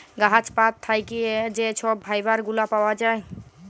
গাহাচ পাত থ্যাইকে যে ছব ফাইবার গুলা পাউয়া যায়